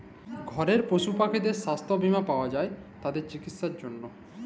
ঘরের পশু পাখিদের ছাস্থ বীমা পাওয়া যায় তাদের চিকিসার জনহে